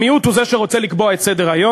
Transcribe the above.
המיעוט הוא זה שרוצה לקבוע את סדר-היום,